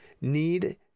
need